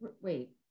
wait